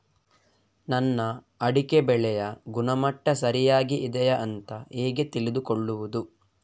ನನ್ನ ಅಡಿಕೆ ಬೆಳೆಯ ಗುಣಮಟ್ಟ ಸರಿಯಾಗಿ ಇದೆಯಾ ಅಂತ ಹೇಗೆ ತಿಳಿದುಕೊಳ್ಳುವುದು?